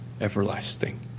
everlasting